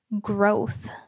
growth